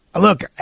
look